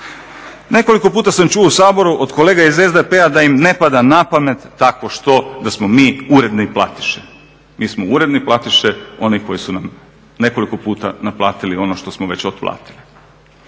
Nekoliko puta sam čuo u Saboru od kolega iz SDP-a da im ne pada na pamet tako što, da smo mi uredni platiše. Mi smo uredni platiše, oni koji su nam nekoliko puta naplatili ono što smo već otplatili.